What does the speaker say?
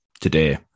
today